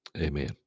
Amen